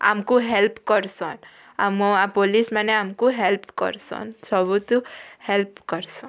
ଆମକୁ ହେଲ୍ପ କରିସନ୍ ଆମ ପୋଲିସ୍ମାନେ ଆମକୁ ହେଲ୍ପ କରିସନ୍ ସବୁଠୁ ହେଲ୍ପ କରିସନ୍